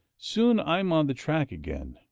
soon i am on the track again,